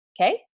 Okay